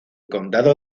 condado